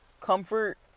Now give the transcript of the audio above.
comfort